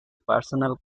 personal